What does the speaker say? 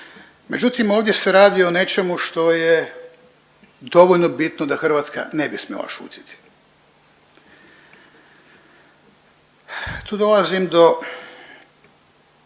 Međutim, ovdje se radi o nečemu što je dovoljno bitno da Hrvatska ne bi smjela šutiti. Tu dolazim do